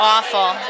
Awful